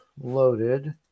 loaded